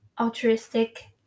altruistic